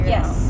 Yes